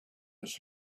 his